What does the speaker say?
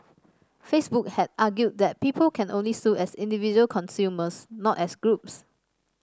Facebook had argued that people can only sue as individual consumers not as groups